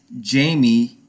Jamie